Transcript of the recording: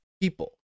people